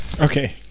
Okay